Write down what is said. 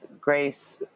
Grace